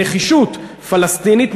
נחישות פלסטינית,